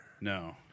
No